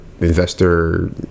investor